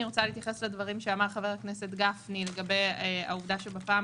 אני רוצה להתייחס לדברים שאמר חבר הכנסת גפני לגבי העובדה שבפעם